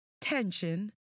tension